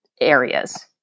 areas